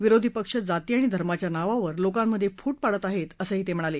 विरोधी पक्ष जाती आणि धर्माच्या नावावर लोकांमघे फूट पाडत आहे असंही ते म्हणाले